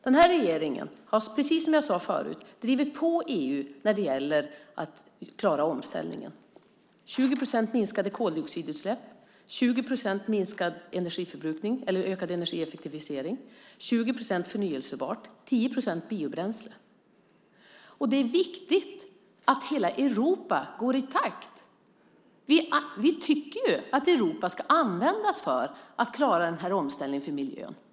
Den här regeringen har, precis som jag sade förut, drivit på EU när det gäller att klara omställningen. Det innebär 20 procent minskade koldioxidutsläpp, 20 procent ökad energieffektivisering, 20 procent förnybart och 10 procent biobränsle. Det är viktigt att hela Europa går i takt. Vi tycker ju att Europa ska hjälpa till att klara den här omställningen för miljön.